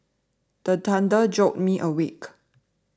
the thunder jolt me awake